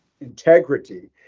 integrity